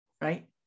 right